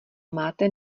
máte